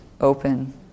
open